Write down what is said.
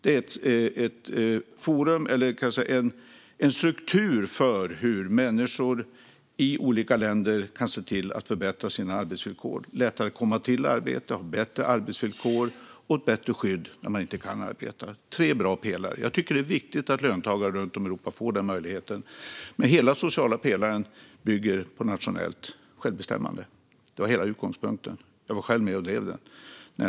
Den är en struktur för hur människor i olika länder kan se till att förbättra sina arbetsvillkor, lättare komma till arbete, ha bättre arbetsvillkor och ha ett bättre skydd när de inte kan arbeta. Det är tre bra pelare. Jag tycker att det är viktigt att löntagare runt om i Europa får den möjligheten. Men hela den sociala pelaren bygger på nationellt självbestämmande. Det var hela utgångspunkten. Jag var själv med och drev detta.